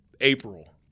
April